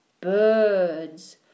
Birds